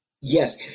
Yes